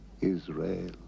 Israel